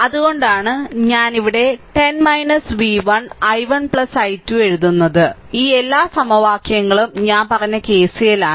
അതുകൊണ്ടാണ് ഞാൻ ഇവിടെ 10 v1 i1 12 എഴുതുന്നത് ഈ എല്ലാ സമവാക്യങ്ങളും ഞാൻ പറഞ്ഞ KCL ആണ്